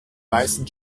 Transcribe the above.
weißen